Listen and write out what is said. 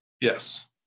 Yes